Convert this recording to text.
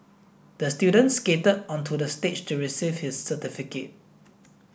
the student skated onto the stage to receive his certificate